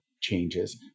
changes